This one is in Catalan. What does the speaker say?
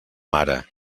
mare